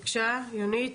בבקשה יונית.